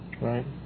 Right